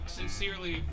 sincerely